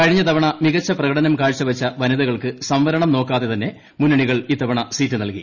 കഴിഞ്ഞ തവണ മികച്ച പ്രകടനം കാഴ്ചവച്ച വനിതകൾക്ക് സംവരണം നോക്കാതെ തന്നെ മുന്നണികൾ ഇത്തവണ സീറ്റ് നൽകി